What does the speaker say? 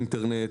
האינטרנט,